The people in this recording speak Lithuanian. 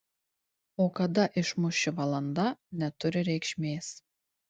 o kada išmuš ši valanda neturi reikšmės